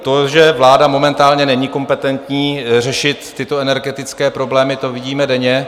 To, že vláda momentálně není kompetentní řešit tyto energetické problémy, to vidíme denně.